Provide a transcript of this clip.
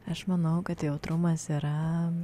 aš manau kad jautrumas yra